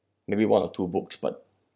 maybe one or two books but